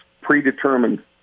predetermined